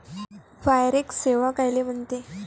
Forex सेवा कायले म्हनते?